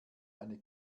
eine